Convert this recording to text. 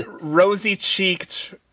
rosy-cheeked